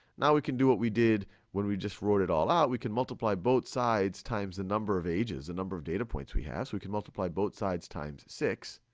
now we can do what we did when we just wrote it all out. we can multiply both sides times the number of ages, the and number of data points we have. so we can multiply both sides times six.